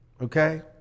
Okay